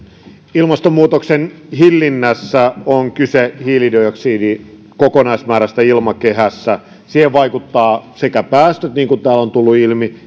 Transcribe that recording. ilmastonmuutoksen hillinnässä on kyse hiilidioksidin kokonaismäärästä ilmakehässä siihen vaikuttavat sekä päästöt niin kuin täällä on tullut ilmi